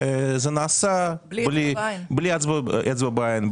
זה נעשה בלי אצבע בעין,